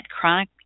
chronic